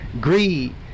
Greed